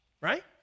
right